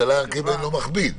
השאלה אם זה לא מכביד.